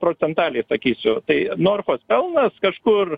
procentaliai sakysiu tai norfos pelnas kažkur